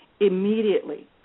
immediately